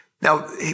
Now